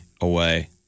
away